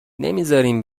نمیزارین